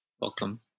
Welcome